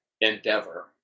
endeavor